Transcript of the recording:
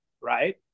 right